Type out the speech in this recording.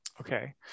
Okay